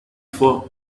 for